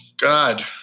God